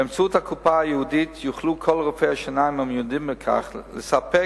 באמצעות הקופה הייעודית יוכלו כל רופאי השיניים המיועדים לכך לספק